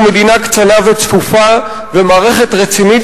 אנחנו מדינה קטנה וצפופה ומערכת רצינית